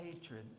hatred